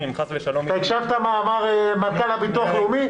אם חס-ושלום --- אתה שמעת מה אמר הביטוח הלאומי,